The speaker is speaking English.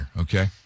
okay